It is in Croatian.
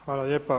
Hvala lijepa.